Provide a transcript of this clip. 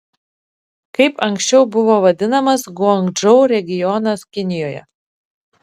kaip anksčiau buvo vadinamas guangdžou regionas kinijoje